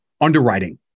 underwriting